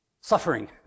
suffering